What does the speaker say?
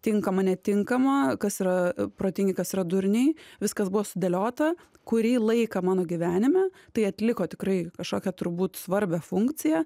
tinkama netinkama kas yra protingi kas yra durniai viskas buvo sudėliota kurį laiką mano gyvenime tai atliko tikrai kažkokią turbūt svarbią funkciją